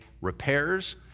repairs